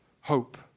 hope